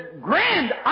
grand